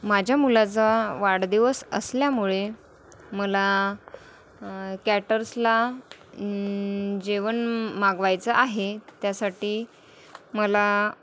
माझ्या मुलाचा वाढदिवस असल्यामुळे मला कॅटर्सला जेवण मागवायचं आहे त्यासाठी मला